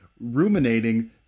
ruminating